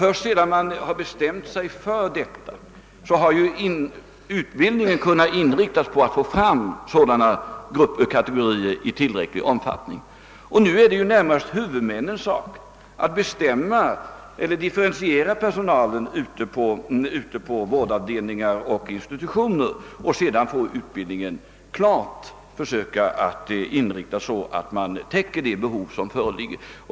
Först sedan man bestämt sig för att förverkliga dessa planer har utbildningen kunnat inriktas på att i tillräcklig omfattning få fram sådana kategorier. Nu är det närmast huvudmännens sak att differentiera personalen på vårdavdelningar och institutioner, och sedan får utbildningen inriktas så, att man täcker de behov som föreligger.